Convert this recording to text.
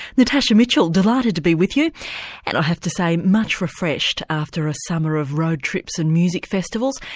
natasha mitchell, delighted to be with you and i have to say much refreshed after a summer of road trips and music festivals.